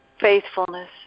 faithfulness